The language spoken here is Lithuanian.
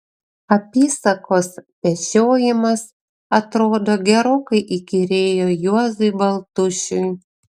apysakos pešiojimas atrodo gerokai įkyrėjo juozui baltušiui